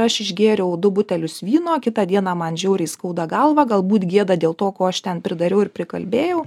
aš išgėriau du butelius vyno kitą dieną man žiauriai skauda galvą galbūt gėda dėl to ko aš ten pridariau ir prikalbėjau